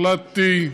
החלטתי,